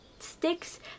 sticks